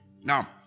Now